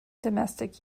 domestic